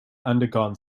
undergone